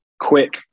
quick